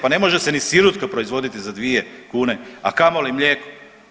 Pa ne može se ni sirutka proizvoditi za dvije kune, a kamoli mlijeko.